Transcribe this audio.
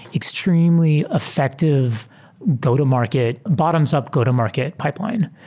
extremely effective go-to market, bottoms-up go to market pipeline.